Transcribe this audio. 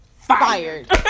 fired